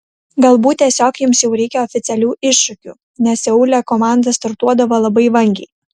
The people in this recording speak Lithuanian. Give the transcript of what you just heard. galbūt tiesiog jums jau reikia oficialių iššūkių nes seule komanda startuodavo labai vangiai